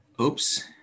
oops